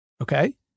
Okay